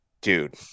dude